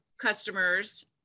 customers